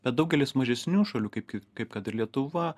bet daugelis mažesnių šalių kaip kaip kaip kad ir lietuva